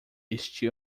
este